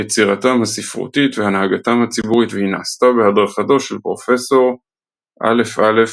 יצירתם הספרותית והנהגתם הציבורית והיא נעשתה בהדרכתו של פרופסור א.א.